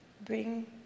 bring